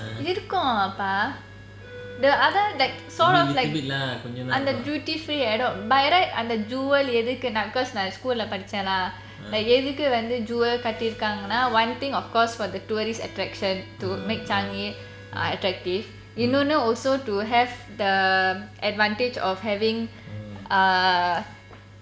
இருக்கும் அப்பா:irukum appa [ah]there are other like sort of like அந்த:antha duty free இடம்:idam by right அந்த:antha jewel எதுக்குனாக்க நான் ஸ்கூல் ல படிச்சேனா:edhukunaaka naan skul laey padichena like எதுக்கு வந்து:edhuku vanthu jewel கட்டிருக்காங்கன்னா:katirukaanganna one thing of course for the tourist attraction to make changi err attractive இன்னொண்ணு:innonu also to have the advantage of having err